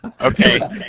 Okay